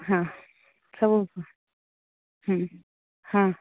ହଁ ସବୁ ହଁ